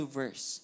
verse